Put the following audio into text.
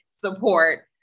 support